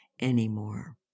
anymore